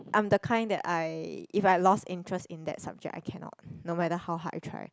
I'm the kind that I if I lost interest in that subject I cannot no matter how hard I try